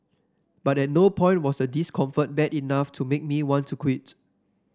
but at no point was the discomfort bad enough to make me want to quit